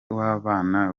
w’abana